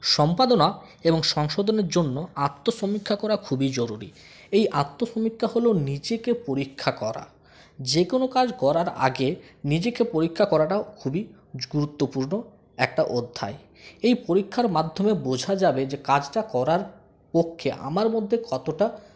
সম্পাদনা এবং সংশোধনের জন্য আত্মসমীক্ষা করা খুবই জরুরি এই আত্মসমীক্ষা হল নিজেকে পরীক্ষা করা যেকোনো কাজ করার আগে নিজেকে পরীক্ষা করাটাও খুবই গুরুত্বপূর্ণ একটা অধ্যায় এই পরীক্ষার মাধ্যমে বোঝা যাবে যে কাজটা করার পক্ষে আমার মধ্যে কতটা